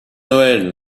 noël